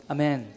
Amen